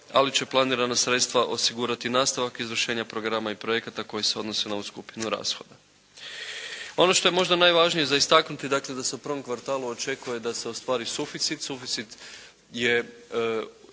ali će planirana sredstva osigurati nastavak izvršenja programa i projekata koji se odnose na ovu skupinu rashoda. Ono što je možda najvažnije za istaknuti dakle da se u prvom kvartalu očekuje da se ostvari suficit, suficit je